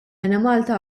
enemalta